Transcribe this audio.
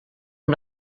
amb